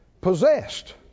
possessed